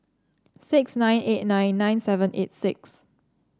six nine eight nine nine seven eight six